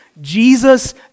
Jesus